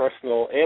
personal